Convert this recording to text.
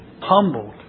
humbled